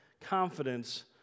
confidence